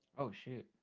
oh, shit.